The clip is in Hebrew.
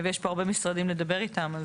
ויש פה הרבה משרדים לדבר איתם.